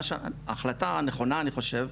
ההחלטה הנכונה אני חושב,